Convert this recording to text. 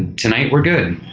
tonight, we're good.